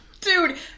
Dude